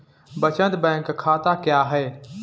बचत बैंक खाता क्या है?